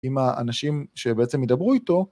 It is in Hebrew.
עם האנשים שבעצם ידברו איתו.